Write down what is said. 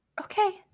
Okay